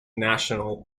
national